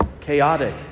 chaotic